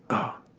oh.